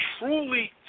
truly